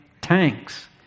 tanks